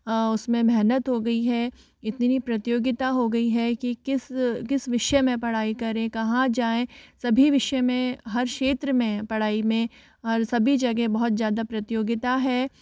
उसमें मेहनत हो गई है इतनी प्रतियोगिता हो गई है कि किस किस विषय में पढ़ाई करें कहाँ जाएँ सभी विषय मे हर क्षेत्र में पढ़ाई में और सभी जगह बहुत ज़्यादा प्रतियोगिता है